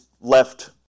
left